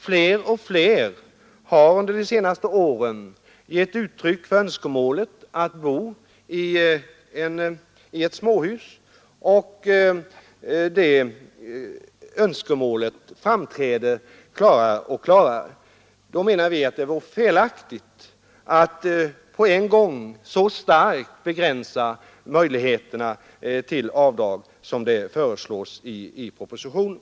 Fler och fler människor har under de senaste åren gett uttryck för önskemålet att bo i småhus, ett önskemål som framträder allt klarare. Det vore då felaktigt att på en gång begränsa möjligheterna till avdrag så starkt som föreslås i propositionen.